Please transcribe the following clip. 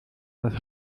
als